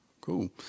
cool